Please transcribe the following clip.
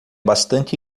bastante